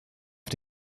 auf